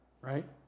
Right